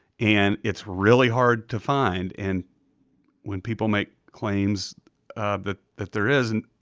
and it's really hard to find. and when people make claims that that there is, and